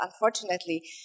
unfortunately